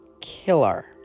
Killer